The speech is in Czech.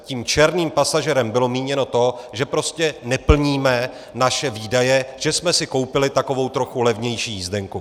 Tím černým pasažérem bylo míněno to, že prostě neplníme naše výdaje, že jsme si koupili takovou trochu levnější jízdenku.